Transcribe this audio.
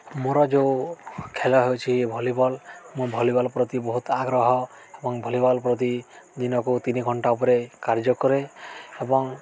ମୋର ଯେଉଁ ଖେଳ ହେଉଛି ଭଲିବଲ୍ ମୁଁ ଭଲିବଲ୍ ପ୍ରତି ବହୁତ ଆଗ୍ରହ ଏବଂ ଭଲିବଲ୍ ପ୍ରତି ଦିନକୁ ତିନି ଘଣ୍ଟା ଉପରେ କାର୍ଯ୍ୟ କରେ ଏବଂ